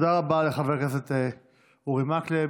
תודה רבה לחבר הכנסת אורי מקלב.